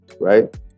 right